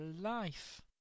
life